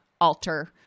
alter